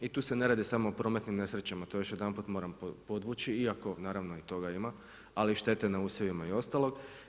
I tu se ne radi samo o prometnim nesrećama, to još jedanput moram podvući iako naravno i toga ima, ali i štete na usjevima i ostalog.